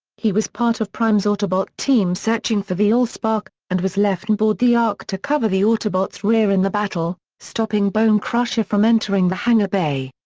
he was part of prime's autobot team searching for the allspark, and was left onboard the ark to cover the autobots' rear in the battle, stopping bonecrusher from entering the hangar bay.